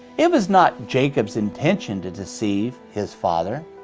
it was not jacob's intention to deceive his father.